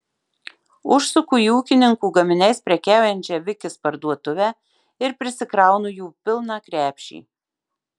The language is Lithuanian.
užsuku į ūkininkų gaminiais prekiaujančią vikis parduotuvę ir prisikraunu jų pilną krepšį